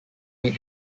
made